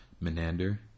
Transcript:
Menander